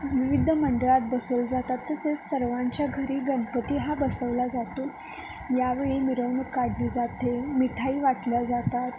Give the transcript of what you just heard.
विविध मंडळात बसवले जातात तसेच सर्वांच्या घरी गणपती हा बसवला जातो यावेळी मिरवणूक काढली जाते मिठाई वाटल्या जातात